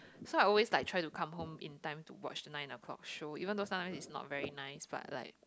so I always like try to come home in time to watch the nine o-clock show even though sometimes it's not very nice but like